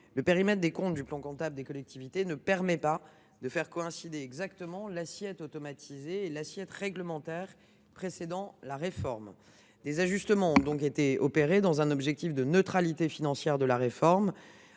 Le périmètre des comptes du plan comptable des collectivités ne permet pas de faire coïncider exactement l’assiette automatisée et l’assiette réglementaire précédant la réforme. Des ajustements ont donc été opérés dans un objectif de neutralité financière de la réforme,